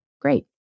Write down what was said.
great